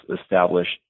established